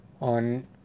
on